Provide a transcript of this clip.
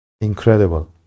Incredible